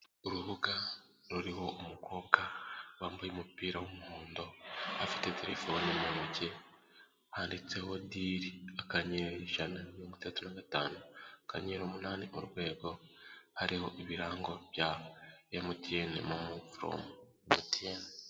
Urubuga ruriho umukobwa wambaye umupira w'umuhondo, afite telefone mu ntoki, handitseho diri akanyenyeri ijana na mirongo itatu gatanu, akanyenyeri umunani, urwego hariho ibirango bya MTN momo foromu MTN.